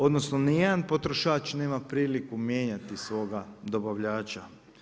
Odnosno ni jedan potrošač nema priliku mijenjati svoga dobavljača.